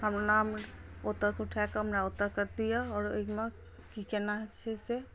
हमरा ओतयसँ उठा कऽ हमरा ओतय के दिअ आओर एहिमे की केना छै से जे